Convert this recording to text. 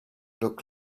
look